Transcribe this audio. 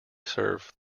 serve